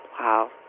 Wow